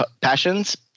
passions